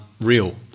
real